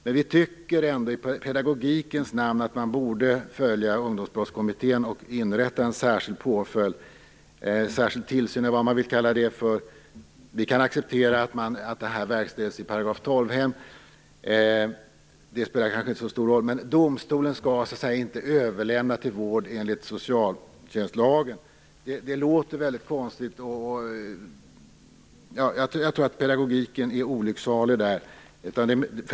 Men vi tycker i pedagogikens namn att man borde följa Ungdomsbrottskommittén och inrätta en särskild påföljd, en särskild tillsyn, eller vad man nu vill kalla det. Vi kan acceptera att det här verkställs i § 12-hem. Det spelar kanske inte så stor roll, men domstolen skall inte överlämna till vård enligt socialtjänstlagen. Det låter väldigt konstigt. Jag tror att pedagogiken är olycksalig i det här fallet.